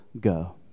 go